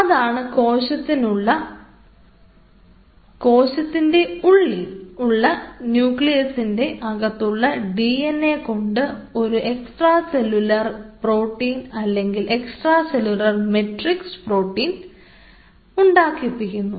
അതാണ് കോശത്തിനുള്ളിൽ ഉള്ള ന്യൂക്ലിയസിൻറെ അകത്തുള്ള ഡിഎൻഎ കൊണ്ട് ഒരു എക്സ്ട്രാ സെല്ലുലാർ പ്രോട്ടീൻ അല്ലെങ്കിൽ എക്സ്ട്രാ സെല്ലുലാർ മെട്രിക്സ് പ്രോട്ടീൻ ഉണ്ടാക്കിപ്പിക്കുന്നു